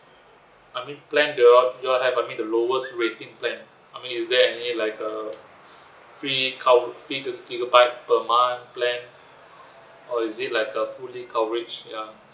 I mean plan that you all you all have I mean the lowest rating plan I mean is there any like uh free cow~ free twenty gigabyte per month plan or is it like a fully coverage ya